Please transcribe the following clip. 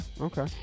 Okay